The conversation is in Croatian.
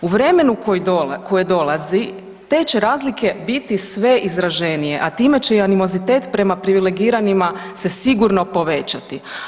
U vremenu koje dolazite će razlike biti sve izraženije, a time će i animozitet prema privilegiranima se sigurno povećati.